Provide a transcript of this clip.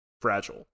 fragile